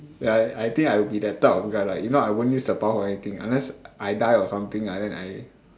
ya I think I will be that type of guy lah if not I won't use the power for anything unless I die or something ah then I